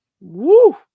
Woo